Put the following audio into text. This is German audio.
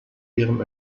ihrem